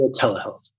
telehealth